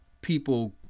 people